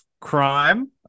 Crime